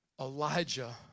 Elijah